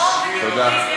תודה.